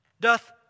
doth